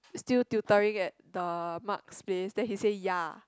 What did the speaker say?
still tutoring at the Mark's place then he say ya